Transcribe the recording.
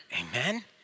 Amen